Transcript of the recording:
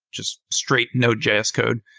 just straight nodejs code,